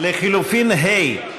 לחלופין ה',